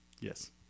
Yes